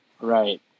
Right